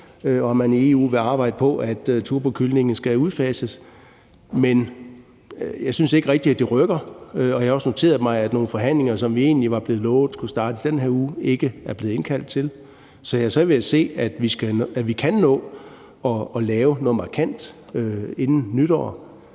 og at man i EU vil arbejde på, af turbokyllinger skal udfases. Men jeg synes ikke rigtigt, at det rykker, og jeg har også noteret mig, at der ikke er blevet indkaldt til nogen forhandlinger, som vi egentlig var blevet lovet skulle starte i den her uge. Så jeg ser gerne, at vi kan nå at lave noget markant inden nytår.